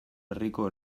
herriko